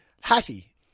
Hattie